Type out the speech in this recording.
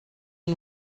and